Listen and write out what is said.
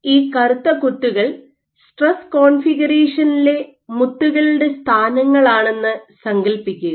ഈ കറുത്ത കുത്തുകൾ സ്ട്രെസ് കോൺഫിഗറേഷനിലെ മുത്തുകളുടെ സ്ഥാനങ്ങളാണെന്ന് സങ്കൽപ്പിക്കുക